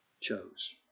chose